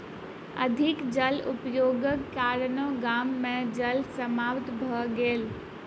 अधिक जल उपयोगक कारणेँ गाम मे जल समाप्त भ गेल